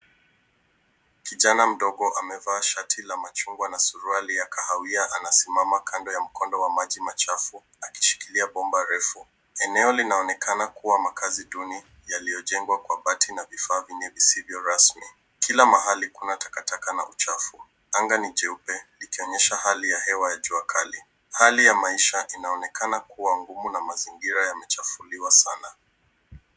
Kijana mdogo amevaa shati la machungwa na suruali ya kahawia anasimama kando ya mkondo wa maji machafu, akishikilia bomba refu. Eneo linaonekana kuwa makazi duni, yaliyojengwa kwa bati na vifaa vyenye visivyo rasmi. Kila mahali kuna takataka na uchafu. Anga ni jeupe, likionyesha hali ya hewa ya jua kali. Hali ya maisha inaonekana kuwa ngumu na mazingira yamechafuliwa sana.